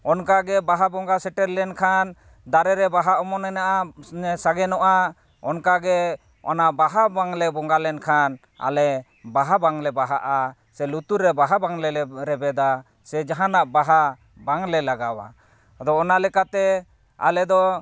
ᱚᱱᱠᱟᱜᱮ ᱵᱟᱦᱟ ᱵᱚᱸᱜᱟ ᱥᱮᱴᱮᱨ ᱞᱮᱱᱠᱷᱟᱱ ᱫᱟᱨᱮ ᱨᱮ ᱵᱟᱦᱟ ᱚᱢᱚᱱᱚᱜᱼᱟ ᱥᱟᱜᱮᱱᱚᱜᱼᱟ ᱚᱱᱠᱟᱜᱮ ᱚᱱᱟ ᱵᱟᱦᱟ ᱵᱟᱝᱞᱮ ᱵᱚᱸᱜᱟ ᱞᱮᱱᱠᱷᱟᱱ ᱟᱞᱮ ᱵᱟᱦᱟ ᱵᱟᱝᱞᱮ ᱵᱟᱦᱟᱜᱼᱟ ᱥᱮ ᱞᱩᱛᱩᱨ ᱨᱮ ᱵᱟᱦᱟ ᱵᱟᱝᱞᱮ ᱨᱮᱵᱮᱫᱟ ᱥᱮ ᱡᱟᱦᱟᱱᱟᱜ ᱵᱟᱦᱟ ᱵᱟᱝᱞᱮ ᱞᱟᱜᱟᱣᱟ ᱟᱫᱚ ᱚᱱᱟ ᱞᱮᱠᱟᱛᱮ ᱟᱞᱮ ᱫᱚ